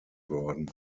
worden